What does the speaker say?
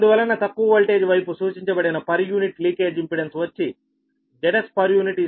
అందువలన తక్కువ వోల్టేజ్ వైపు సూచించబడిన పర్ యూనిట్ లీకేజ్ ఇంపెడెన్స్ వచ్చి Zs Zseq